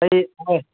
ꯑꯩ ꯍꯣꯏ